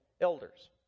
elders